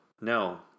no